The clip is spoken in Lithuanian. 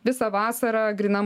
visą vasarą grynam